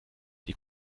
die